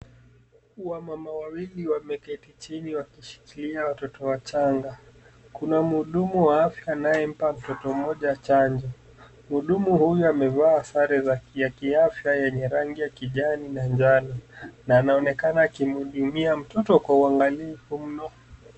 Wamama wawili wameketi chini wakishikilia watoto wachanga . Kuna mhudumu wa afya anayempa mtoto mmoja chanjo. Mhudumu huyu amevaa sare za kiafya yenye rangi ya kijani na njano na anaonekana akimhudumia mtoto kwa uangalifu mno.